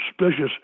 suspicious